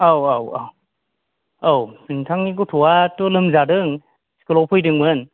औ औ औ औ नोंथांनि गथ'आथ' लोमजादों स्कुलाव फैदोंमोन